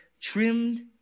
trimmed